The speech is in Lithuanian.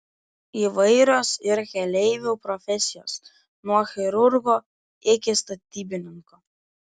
įvairios ir keleivių profesijos nuo chirurgo iki statybininko